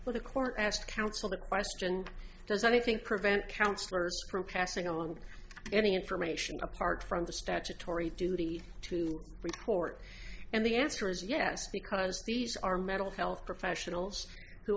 of the court asked counsel that question does i think prevent counsellors for passing on any information apart from the statutory duty to report and the answer is yes because these are mental health professionals who